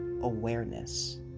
awareness